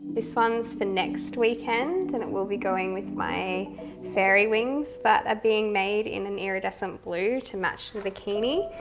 this one's for next weekend and it will be going with my fairy wings that are being made in an iridescent blue to match the bikini.